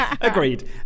agreed